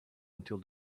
until